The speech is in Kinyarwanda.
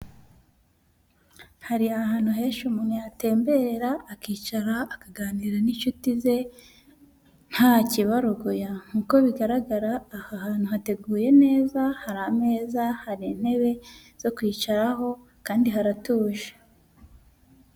Hari ahantu henshi umuntu yatemberera akicara akaganira n'inshuti ze nta kibarogoya, nk'uko bigaragara aha hantu hateguye neza, hari ameza, hari intebe zo kwicaraho kandi haratuje.